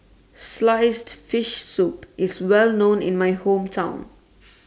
Sliced Fish Soup IS Well known in My Hometown